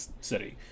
city